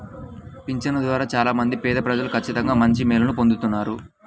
పింఛను ద్వారా చాలా మంది పేదప్రజలు ఖచ్చితంగా మంచి మేలుని పొందుతున్నారు